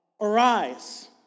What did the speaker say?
Arise